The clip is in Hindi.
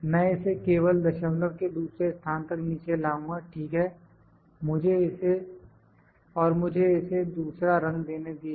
मैं इसे केवल दशमलव के दूसरे स्थान तक नीचे लाऊंगा ठीक है और मुझे इसे दूसरा रंग देने दीजिए